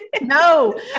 No